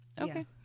okay